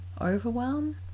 overwhelm